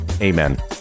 Amen